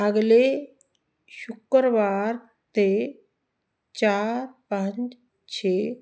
ਅਗਲੇ ਸ਼ੁੱਕਰਵਾਰ 'ਤੇ ਚਾਰ ਪੰਜ ਛੇ